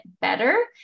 better